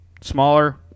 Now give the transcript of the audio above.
Smaller